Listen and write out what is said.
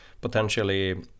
potentially